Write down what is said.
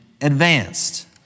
advanced